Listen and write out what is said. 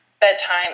bedtime